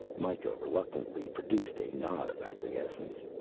mikah reluctantly produced a nod of acquiescence.